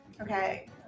Okay